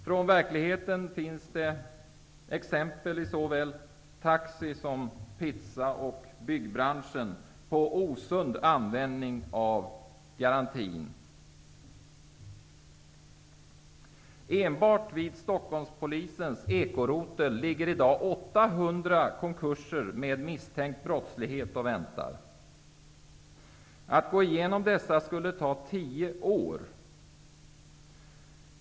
Från såväl taxi och pizzabranschen som byggbranschen finns det exempel på en osund användning av garantin. Enbart vid Stockholmspolisens ekorotel ligger i dag 800 konkurser, där misstanke om brott finns, och väntar på behandling. Att gå igenom dessa skulle ta tio år.